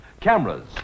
cameras